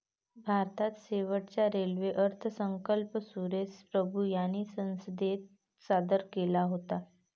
भारताचा शेवटचा रेल्वे अर्थसंकल्प सुरेश प्रभू यांनी संसदेत सादर केला होता